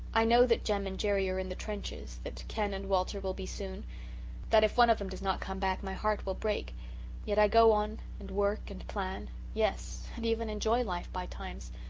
i know that jem and jerry are in the trenches that ken and walter will be soon that if one of them does not come back my heart will break yet i go on and work and plan yes, and even enjoy life by times.